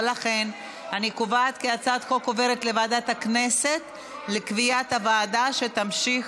ולכן אני קובעת כי הצעת החוק עוברת לוועדת הכנסת לקביעת הוועדה שתמשיך